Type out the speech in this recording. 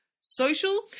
social